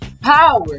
power